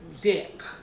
dick